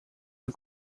dan